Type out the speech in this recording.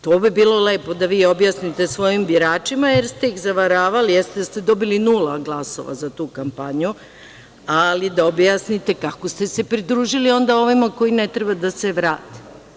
To bi bilo lepo da vi objasnite svojim biračima, jer ste ih zavaravali, jer ste dobili nula glasova za tu kampanju, ali da objasnite kako ste se pridružili onda ovima koji ne treba da se vrate.